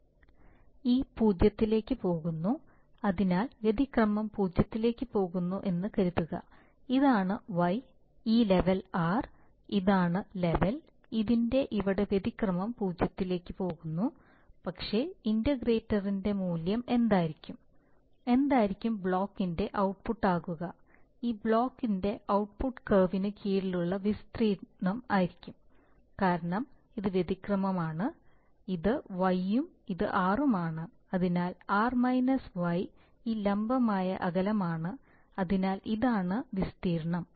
e 0 ലേക്ക് പോകുന്നു അതിനാൽ വ്യതിക്രമം 0 ലേക്ക് പോകുന്നു എന്ന് കരുതുക ഇതാണ് y ഈ ലെവൽ r ഇതാണ് ലെവൽ അതിനാൽ ഇവിടെ വ്യതിക്രമം 0 ലേക്ക് പോകുന്നു പക്ഷേ ഇന്റഗ്രലിന്റെ മൂല്യം എന്തായിരിക്കും എന്തായിരിക്കും ബ്ലോക്കിന്റെ ഔട്ട്പുട്ട് ആകുക ഈ ബ്ലോക്കിന്റെ ഔട്ട്പുട്ട് കർവിന് കീഴിലുള്ള വിസ്തീർണ്ണം ആയിരിക്കും കാരണം ഇത് വ്യതിക്രമം ആണ് ഇത് y ഉം ഇത് r ഉം ആണ് അതിനാൽ r y ഈ ലംബമായ അകലമാണ് അതിനാൽ ഇതാണ് വിസ്തീർണ്ണം